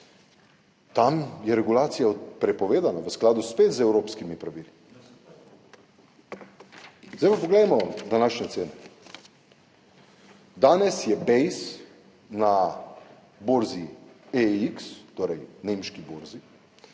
tam je regulacija prepovedana, spet v skladu z evropskimi pravili. Zdaj pa poglejmo današnje cene. Danes je Base na borzi EEX, torej nemški borzi,